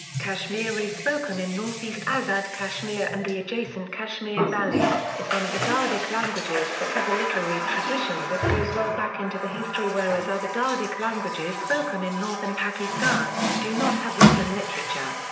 kashmiri spoken in north east azad kashmir and the adjacent kashmir valley, is one of the dardic languages that has a literary tradition that goes well back into the history whereas other dardic languages spoken in northern pakistan, do not have written literature.